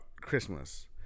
Christmas